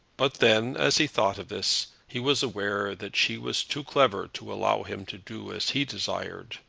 but then, as he thought of this, he was aware that she was too clever to allow him to do as he desired.